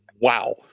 Wow